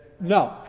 No